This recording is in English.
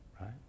right